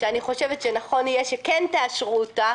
שאני חושבת שנכון יהיה שכן תאשרו אותה.